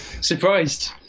Surprised